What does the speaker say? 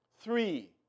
Three